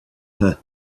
her